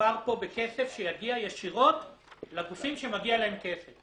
שמדובר פה בכסף שיגיע ישירות לגופים שמגיע להם כסף.